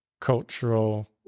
cultural